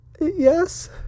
Yes